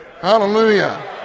Hallelujah